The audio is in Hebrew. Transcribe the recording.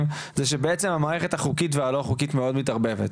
זה שבעצם המערכת החוקית והלא חוקי מאוד מתערבבת.